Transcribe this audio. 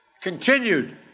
continued